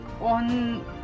on